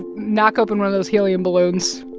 knock open one of those helium balloons.